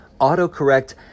autocorrect